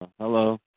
Hello